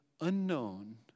unknown